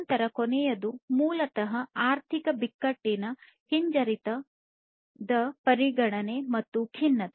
ನಂತರ ಕೊನೆಯದು ಮೂಲತಃ ಆರ್ಥಿಕ ಬಿಕ್ಕಟ್ಟಿನ ಹಿಂಜರಿತದ ಪರಿಗಣನೆ ಮತ್ತು ಖಿನ್ನತೆ